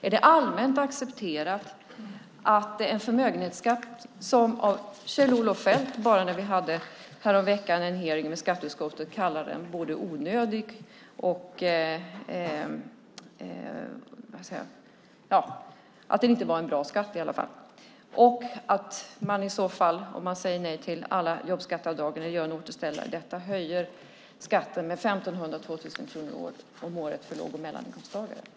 Är det allmänt accepterat att ha en förmögenhetsskatt som Kjell-Olof Feldt kallade onödig, eller i varje fall sade inte var en bra skatt, när vi hade en hearing med skatteutskottet? Om man säger nej till alla jobbskatteavdragen och gör en återställare höjer det skatten med 1 500-2 000 kronor i månaden för låg och medelinkomsttagare.